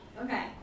Okay